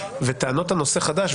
וטענות על נושא חדש,